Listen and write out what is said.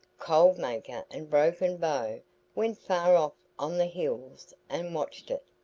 cold maker and broken bow went far off on the hills and watched it.